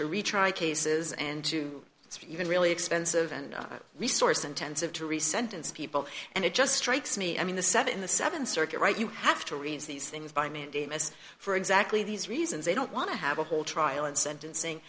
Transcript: to retry cases and you can really expensive and resource intensive to resentence people and it just strikes me i mean the seven the seven circuit right you have to raise these things by mandamus for exactly these reasons they don't want to have a whole trial and sentencing